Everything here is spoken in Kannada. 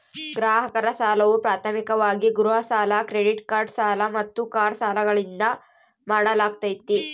ಗ್ರಾಹಕರ ಸಾಲವು ಪ್ರಾಥಮಿಕವಾಗಿ ಗೃಹ ಸಾಲ ಕ್ರೆಡಿಟ್ ಕಾರ್ಡ್ ಸಾಲ ಮತ್ತು ಕಾರು ಸಾಲಗಳಿಂದ ಮಾಡಲಾಗ್ತೈತಿ